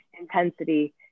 intensity